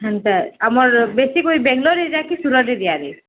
ସେମିତି ଆମର ବେଶୀ କୋଉ ବେଙ୍ଗଲୋରରୁ ଯାଇକି ସୁରଟ୍ରେ ଦିଆଯାଏ